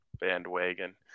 Bandwagon